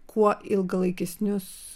kuo ilgalaikesnius